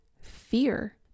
fear